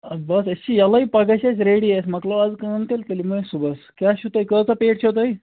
بَس أسۍ چھِ یَلَے پگاہ چھِ أسۍ رٮ۪ڈی أسۍ مۄکلٲو آز کٲم تیٚلہِ یِمو أسۍ صُبحَس کیٛاہ چھُو تۄہہِ کۭژاہ پیٹہِ چھو تۄہہِ